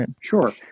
Sure